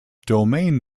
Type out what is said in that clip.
domain